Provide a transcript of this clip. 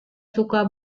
suka